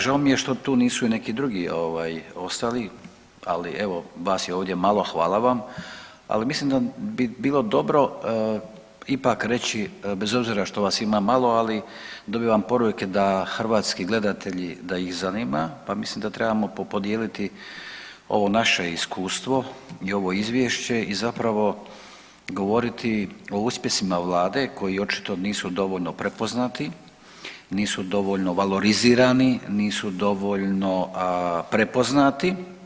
Žao mi je što tu nisu i neki drugi ovaj ostali, ali evo vas je ovdje malo, hvala vam, ali mislim da bi bilo dobro ipak reći bez obzira što vas ima malo ali dobivam poruke da hrvatski gledatelji da ih zanima pa mislim da trebamo podijeliti ovo naše iskustvo i ovo izvješće i zapravo govoriti o uspjesima vlade koji očito nisu dovoljno prepoznati, nisu dovoljno valorizirani, nisu dovoljno prepoznati.